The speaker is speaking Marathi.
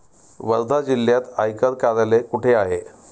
वर्धा जिल्ह्यात आयकर कार्यालय कुठे आहे?